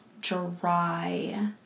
dry